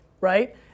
right